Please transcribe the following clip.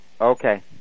Okay